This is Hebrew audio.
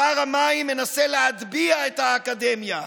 שר המים מנסה להטביע את האקדמיה.